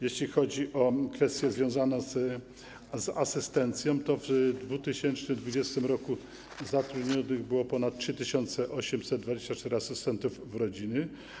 Jeśli chodzi o kwestie związane z asystencją, to w 2020 r. zatrudnionych było ponad 3824 asystentów rodziny.